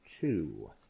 two